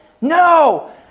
No